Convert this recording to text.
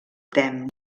tem